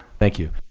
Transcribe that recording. thank you.